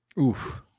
Oof